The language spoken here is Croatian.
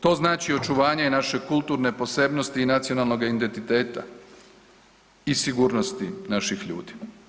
To znači očuvanje naše kulturne posebnosti i nacionalnog identiteta i sigurnosti naših ljudi.